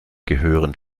gehören